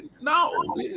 No